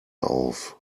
auf